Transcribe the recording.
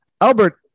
Albert